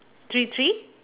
three three